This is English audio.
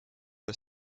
her